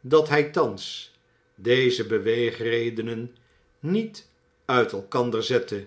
dat hij thans deze beweegredenen niet uit elkander zette